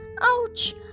Ouch